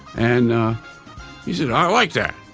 and he said, i like that.